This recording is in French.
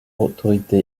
autorité